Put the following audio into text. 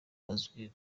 azwi